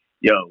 yo